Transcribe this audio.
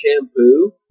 shampoo